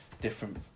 different